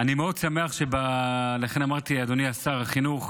אני מאוד שמח, ולכן אמרתי, אדוני שר החינוך,